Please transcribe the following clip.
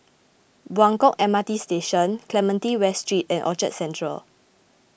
Buangkok M R T Station Clementi West Street and Orchard Central